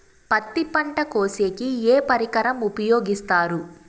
పత్తి పంట కోసేకి ఏ పరికరం ఉపయోగిస్తారు?